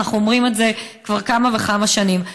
אנחנו אומרים את זה כבר כמה וכמה שנים.